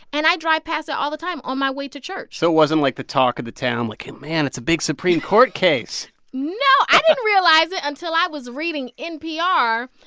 and i drive past it all the time on my way to church so it wasn't, like, the talk of the town like, and man, it's a big supreme court case no, i didn't realize it until i was reading npr,